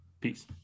Peace